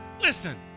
Listen